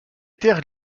terres